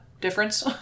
difference